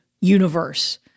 universe